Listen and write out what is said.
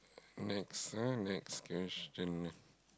next ah next question